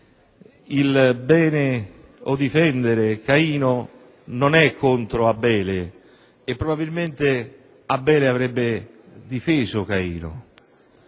stimo: difendere Caino non è contro Abele e probabilmente Abele avrebbe difeso Caino.